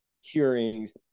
hearings